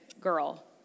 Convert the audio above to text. girl